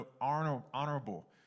honorable